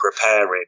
preparing